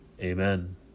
Amen